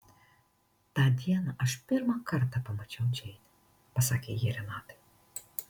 tą dieną aš pirmą kartą pamačiau džeinę pasakė ji renatai